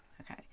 Okay